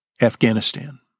Afghanistan